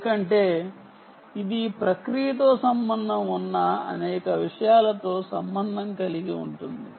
ఎందుకంటే ఇది ప్రక్రియతో సంబంధం ఉన్న అనేక విషయాలతో సంబంధం కలిగి ఉంటుంది